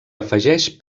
afegeix